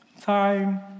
time